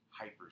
Hyper